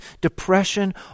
depression